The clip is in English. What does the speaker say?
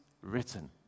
written